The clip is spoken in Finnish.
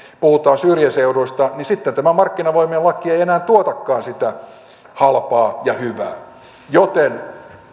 puhutaan syrjäseuduista niin sitten tämä markkinavoimien laki ei enää tuotakaan sitä halpaa ja hyvää joten